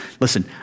listen